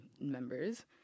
members